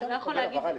אפשר הבהרה ל-(2)?